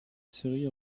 série